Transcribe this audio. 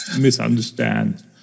misunderstand